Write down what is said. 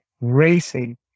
racing